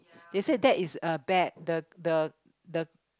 they said that is uh bad the the the